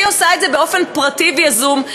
שהיא עושה באופן פרטי ויזום,